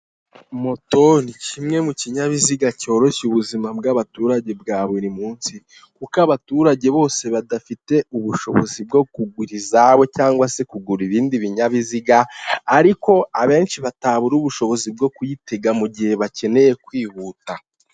Moto ni kimwe mu kinyabiziga cyoroshye ubuzima bw'abaturage bwa buri munsi. Kuko abaturage bose badafite ubushobozi bwo kugura izabo cg se kugura ibindi binyabiziga, ariko abenshi batabura ubushobozi bwo kuyitega mu gihe bakeneye kwihuta.